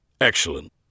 Excellent